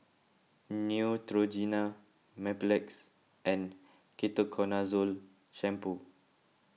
Neutrogena Mepilex and Ketoconazole Shampoo